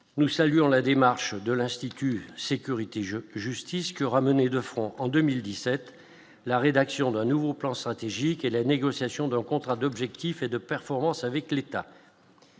Nous saluons la démarche de l'institut sécurité je justice qui aura mené de front en 2017, la rédaction d'un nouveau plan stratégique et la négociation dont contrat d'objectifs et de performance avec l'État.